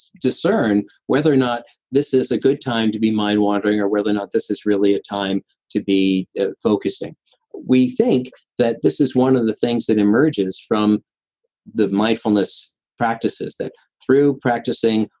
discern whether or not this is a good time to be mind-wandering or whether or not this is really a time to be focusing we think that this is one of the things that emerges from the mindfulness practices that through practicing,